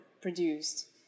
produced